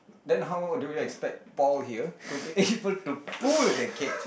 then how do you expect Paul here to be able to pull the cage